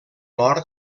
nord